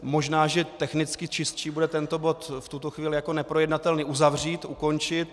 Možná že technicky čistší bude tento bod v tuto chvíli jako neprojednatelný uzavřít, ukončit.